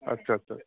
आस्सा आस्सा